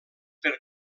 per